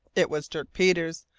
it was dirk peters,